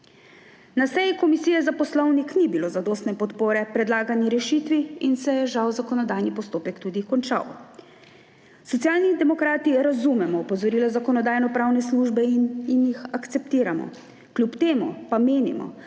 Na seji Komisije za poslovnik ni bilo zadostne podpore predlagani rešitvi in se je žal zakonodajni postopek tudi končal. Socialni demokrati razumemo opozorila Zakonodajno-pravne službe in jih akceptiramo. Kljub temu pa menimo,